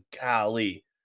golly